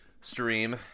stream